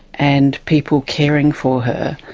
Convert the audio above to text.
and people caring for her.